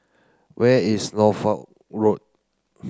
where is Norfolk Road